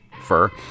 fur